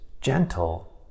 gentle